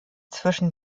zwischen